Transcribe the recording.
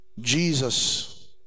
Jesus